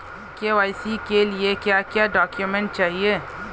KYC के लिए क्या क्या डॉक्यूमेंट चाहिए?